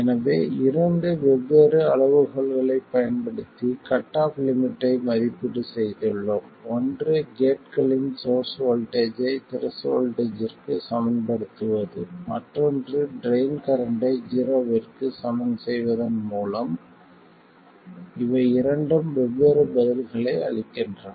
எனவே இரண்டு வெவ்வேறு அளவுகோல்களைப் பயன்படுத்தி கட் ஆஃப் லிமிட்டை மதிப்பீடு செய்துள்ளோம் ஒன்று கேட்களின் சோர்ஸ் வோல்ட்டேஜ் ஐ த்ரெஷோல்ட் வோல்ட்டேஜ்ற்கு சமன்படுத்துவது மற்றொன்று ட்ரைன் கரண்ட்டை ஜீரோவிற்கு சமன் செய்வதன் மூலம் இவை இரண்டும் வெவ்வேறு பதில்களை அளிக்கின்றன